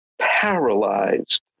paralyzed